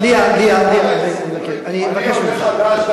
ליה, אני מבקש ממך.